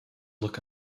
look